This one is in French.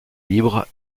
libre